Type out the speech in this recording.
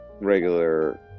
regular